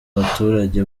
baturage